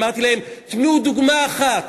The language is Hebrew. אמרתי להם: תנו דוגמה אחת,